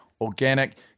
organic